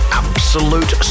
absolute